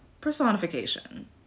personification